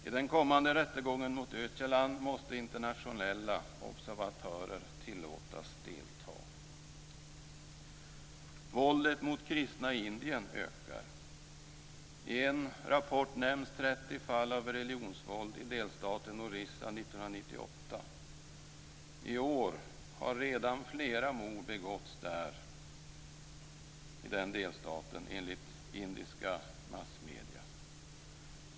I den kommande rättegången mot Öcalan måste internationella observatörer tillåtas delta. Våldet mot kristna i Indien ökar. I en rapport nämns 30 fall av religionsvåld i delstaten Orissa 1998. I år har redan flera mord begåtts i den delstaten, enligt indiska massmedier.